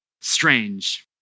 strange